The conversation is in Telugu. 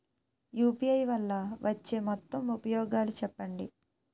యు.పి.ఐ వల్ల వచ్చే మొత్తం ఉపయోగాలు చెప్పండి?